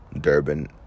Durban